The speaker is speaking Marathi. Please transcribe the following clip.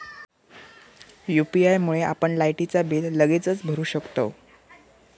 यू.पी.आय मुळे आपण लायटीचा बिल लगेचच भरू शकतंव